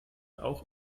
auch